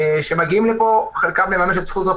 טיסה של עובדים זרים ליציבות תפקודית של המשק,